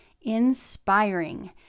inspiring